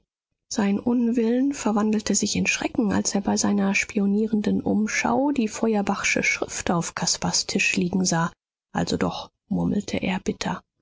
sein unwillen verwandelte sich in schrecken als er bei seiner spionierenden umschau die feuerbachsche schrift auf caspars tisch liegen sah also doch murmelte er bitter